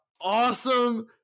awesome